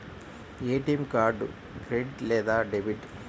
ATM card credit లేదా debit?